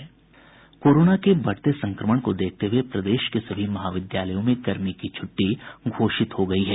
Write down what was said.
corona के बढ़ते संक्रमण को देखते हुए प्रदेश के सभी महाविद्यालयों में गर्मी की छुट्टी घोषित हो गयी है